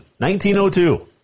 1902